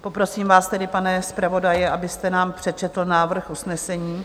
Poprosím vás tedy, pane zpravodaji, abyste nám přečetl návrh usnesení.